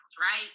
right